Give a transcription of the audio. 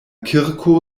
kirko